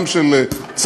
גם של צה"ל,